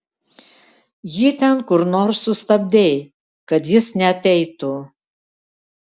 jį ten kur nors sustabdei kad jis neateitų